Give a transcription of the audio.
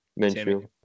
Minshew